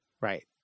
Right